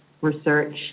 research